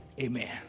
amen